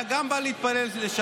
הוא גם היה בא להתפלל שם.